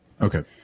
Okay